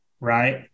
Right